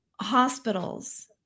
hospitals